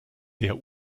der